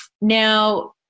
Now